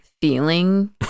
feeling